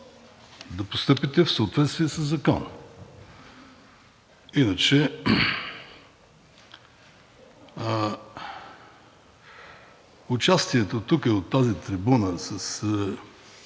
да постъпите в съответствие със Закона. Иначе участието тук, от тази трибуна, с